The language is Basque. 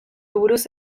buruz